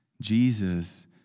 Jesus